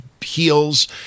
Heels